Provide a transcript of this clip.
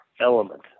element